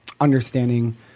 understanding